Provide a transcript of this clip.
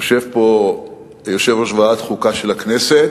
יושב פה יושב-ראש ועדת החוקה של הכנסת,